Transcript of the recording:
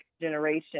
generation